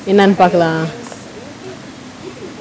என்னானு பாக்கலாம்:ennaanu paakalaam